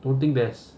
don't think there's